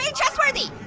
and trustworthy.